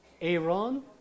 Aaron